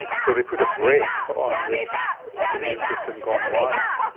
so they put a brake on this immune system gone wild.